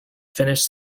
finished